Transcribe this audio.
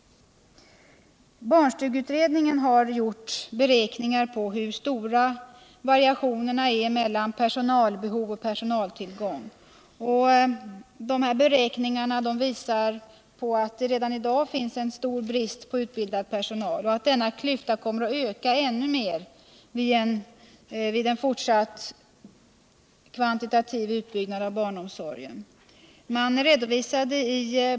Barnstugeutredningen har gjort beräkningar på hur stora variationerna är mellan personalbehov och personaltillgång. Dessa beräkningar visar att det redan i dag finns en stor brist på utbildad personal och att denna brist kommer att fortsätta att öka vid en fortsatt kvantitativ utbyggnad av barnomsorgen.